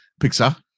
Pixar